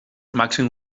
màxim